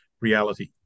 reality